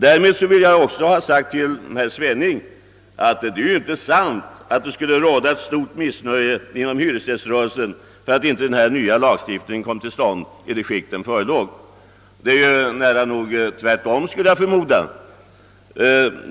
Därmed vill jag också säga till herr Svenning att det inte är sant att det skulle råda stort missnöje inom hyresgäströrelsen över att beslut inte fattades om den nya lagstiftningen i enlighet med det tidigare föreliggande förslaget. Förhållandet är väl närmast det motsatta, skulle jag förmoda.